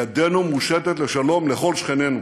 ידנו מושטת לשלום לכל שכנינו.